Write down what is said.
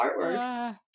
artworks